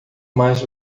mais